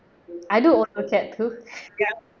I do too